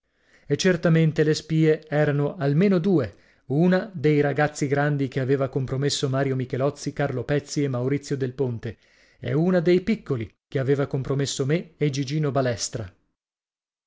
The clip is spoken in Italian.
e certamente le spie erano almeno due una dei ragazzi grandi che aveva compromesso mario michelozzi carlo pezzi e maurizio del ponte e una dei piccoli che aveva compromesso me e gigino balestra